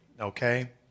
Okay